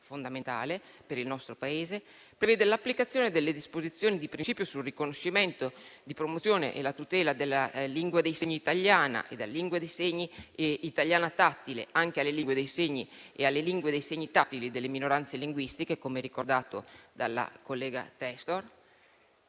fondamentale per il nostro Paese). Il decreto prevede poi l'applicazione delle disposizioni di principio sul riconoscimento, la promozione e la tutela della lingua dei segni italiana, della lingua dei segni italiana tattile e anche delle lingue dei segni e delle lingue dei segni tattili delle minoranze linguistiche, come ricordato dalla collega Testor.